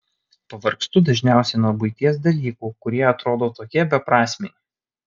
pavargstu dažniausiai nuo buities dalykų kurie atrodo tokie beprasmiai